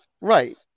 right